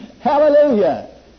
Hallelujah